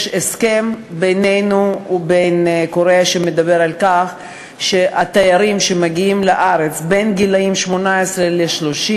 יש בינינו ובין קוריאה הסכם שמדבר על כך שתיירים שגילם בין 18 ל-30